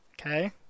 okay